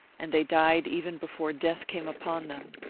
and they died even before death came upon them.